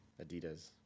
Adidas